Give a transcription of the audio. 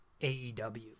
AEW